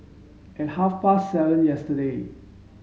at half past seven yesterday